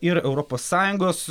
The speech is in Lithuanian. ir europos sąjungos